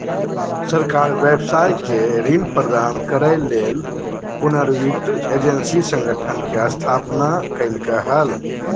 सरकार व्यवसाय के ऋण प्रदान करय ले पुनर्वित्त एजेंसी संगठन के स्थापना कइलके हल